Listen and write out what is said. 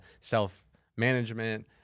self-management